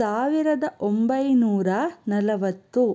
ಸಾವಿರದ ಒಂಬೈನೂರ ನಲವತ್ತು